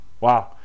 wow